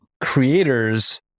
creators